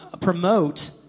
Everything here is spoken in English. promote